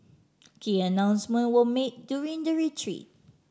key announcement were made during the retreat